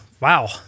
Wow